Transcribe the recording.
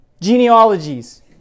genealogies